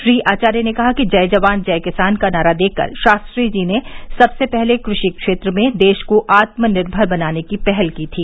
श्री आचार्य ने कहा कि जय जवान जय किसान का नारा देकर शास्त्री जी ने सबसे पहले कृषि क्षेत्र में देश को आत्म निर्भर बनाने की पहल की थी